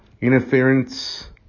interference